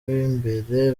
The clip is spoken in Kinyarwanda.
b’imbere